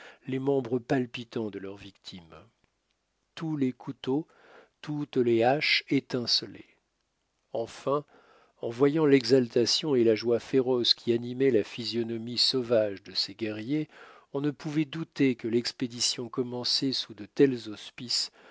les membres palpitants de leur victime tous les couteaux toutes les haches étincelaient enfin en voyant l'exaltation et la joie féroce qui animaient la physionomie sauvage de ces guerriers on ne pouvait douter que l'expédition commencée sous de tels auspices